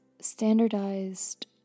standardized